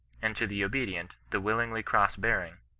and to the obedient, the willingly cross-bearing,